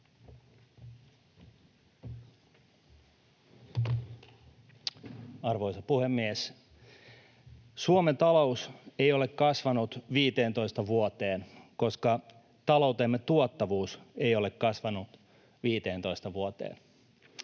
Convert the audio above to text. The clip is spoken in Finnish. Arvoisa puhemies! Suomen talous ei ole kasvanut 15 vuoteen, koska taloutemme tuottavuus ei ole kasvanut 15 vuoteen.